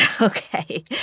Okay